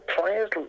players